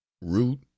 root